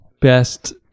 best